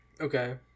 Okay